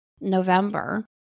November